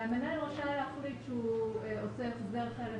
והמנהל רשאי להחליט שהוא עושה הסדר אחר,